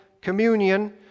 communion